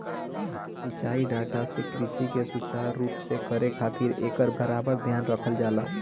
सिंचाई डाटा से कृषि के सुचारू रूप से करे खातिर एकर बराबर ध्यान रखल जाला